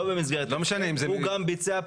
לא במסגרת ההסכם,